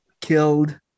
killed